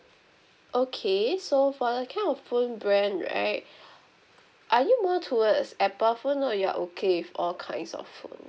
okay so for the kind of phone brand right are you more towards apple phone or you are okay with all kinds of phone